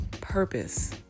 purpose